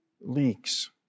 leaks